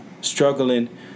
struggling